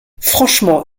franchement